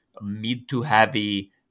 mid-to-heavy